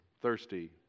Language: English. thirsty